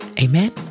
Amen